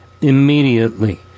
immediately